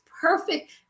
perfect